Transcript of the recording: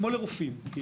כמו לרופאים.